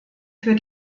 für